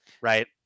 right